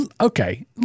okay